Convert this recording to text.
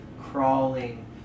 crawling